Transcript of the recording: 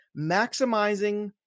maximizing